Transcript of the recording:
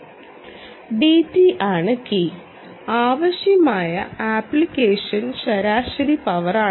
dT ആണ് കീ ആവശ്യമായ ആപ്ലിക്കേഷൻ ശരാശരി പവറാണ്